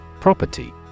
Property